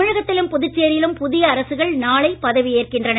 தமிழகத்திலும் புதுச்சேரியிலும் புதிய அரசுகள் நாளை பதவி ஏற்கின்றன